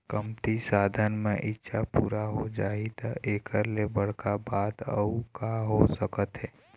कमती साधन म इच्छा पूरा हो जाही त एखर ले बड़का बात अउ का हो सकत हे